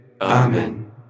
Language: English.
Amen